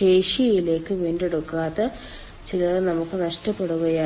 ശേഷിയിലേക്ക് വീണ്ടെടുക്കാത്ത ചിലത് നമുക്ക് നഷ്ടപ്പെടുകയാണ്